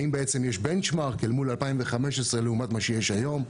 האם בעצם יש בנצ'מרק אל מול 2015 לעומת מה שיש היום?